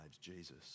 Jesus